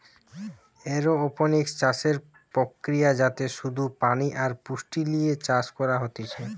aeroponics চাষের প্রক্রিয়া যাতে শুধু পানি আর পুষ্টি লিয়ে চাষ করা হতিছে